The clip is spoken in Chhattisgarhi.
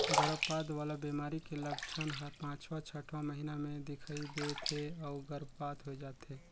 गरभपात वाला बेमारी के लक्छन हर पांचवां छठवां महीना में दिखई दे थे अउ गर्भपात होय जाथे